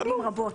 בשנים רבות.